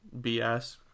bs